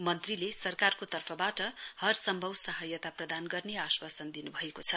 मन्त्रीले सरकारको तर्फबाट हर सम्भव सहायता प्रदान गर्ने आश्वासन दिनुभएको छ